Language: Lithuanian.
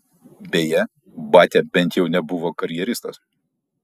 beje batia bent jau nebuvo karjeristas